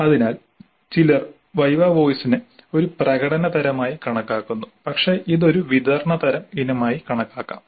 അതിനാൽ ചിലർ വൈവ് വോസിനെ ഒരു പ്രകടന തരമായി കണക്കാക്കുന്നു പക്ഷേ ഇത് ഒരു വിതരണ തരം ഇനമായി കണക്കാക്കാം